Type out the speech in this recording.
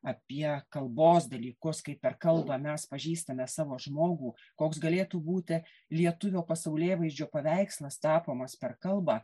apie kalbos dalykus kaip per kalbą mes pažįstame savo žmogų koks galėtų būti lietuvio pasaulėvaizdžio paveikslas tapomas per kalbą